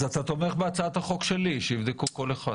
אז אתה תומך בהצעת החוק שלי, שיבדקו כל אחד.